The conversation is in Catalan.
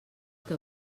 que